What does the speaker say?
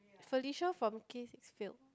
Felicia from K six failed